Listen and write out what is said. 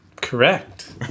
Correct